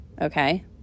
okay